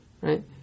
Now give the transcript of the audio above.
right